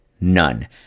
none